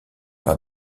par